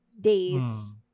Days